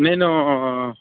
నేనూ